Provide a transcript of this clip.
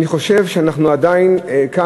אני חושב שאנחנו כאן,